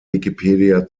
wikipedia